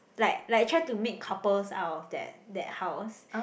like like try to make couples out of that that house